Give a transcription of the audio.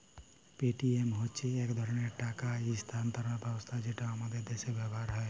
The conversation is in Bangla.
পেটিএম হছে ইক ধরলের টাকা ইস্থালাল্তরের ব্যবস্থা যেট আমাদের দ্যাশে ব্যাভার হ্যয়